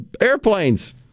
airplanes